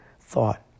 Thought